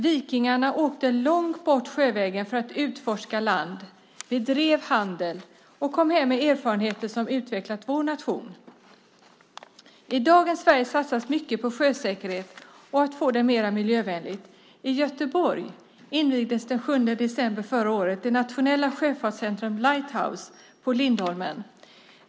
Vikingarna åkte långt bort sjövägen för att utforska land, bedrev handel och kom hem med erfarenheter som har utvecklat vår nation. I dagens Sverige satsas mycket på sjösäkerhet och på att få det mer miljövänligt. I Göteborg invigdes den 7 december förra året det nationella sjöfartscentrumet Lighthouse på Lindholmen.